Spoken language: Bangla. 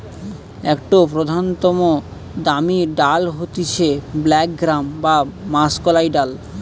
একটো প্রধানতম দামি ডাল হতিছে ব্ল্যাক গ্রাম বা মাষকলাইর ডাল